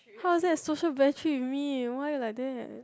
how's that social battery with me why you like that